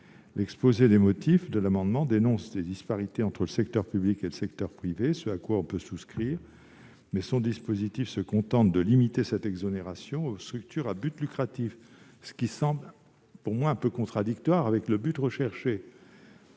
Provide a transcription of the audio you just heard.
L'objet de l'amendement dénonce les disparités entre le secteur public et le secteur privé, ce à quoi l'on peut souscrire, mais son dispositif se contente de limiter cette exonération aux structures à but lucratif, ce qui semble, pour moi, quelque peu en contradiction avec le but visé.